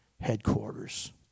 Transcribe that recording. headquarters